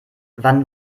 wann